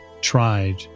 tried